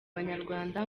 abanyarwanda